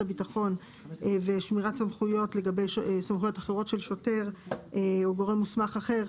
הביטחון ושמירת סמכויות אחרות של שוטר או גורם מוסמך אחר,